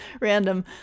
random